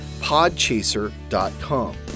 podchaser.com